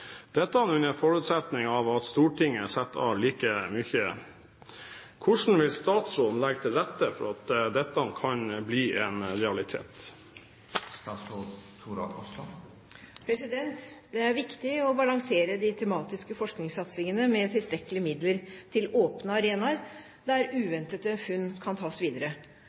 dette under forutsetning av at Stortinget setter av like mye. Hvordan vil statsråden legge til rette for at dette kan bli en realitet?» Det er viktig å balansere de tematiske forskningssatsingene med tilstrekkelige midler til åpne arenaer der uventede funn kan tas videre.